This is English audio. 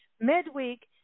midweek